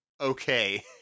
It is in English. okay